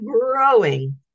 growing